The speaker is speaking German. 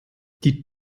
die